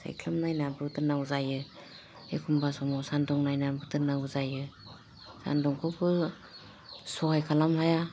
सायख्लुम नायना बुद्रुनांगौ जायो एखमबा समाव सानदुं नायना बुद्रुनांगौ जायो सानदुंखौबो सहाय खालामनो हाया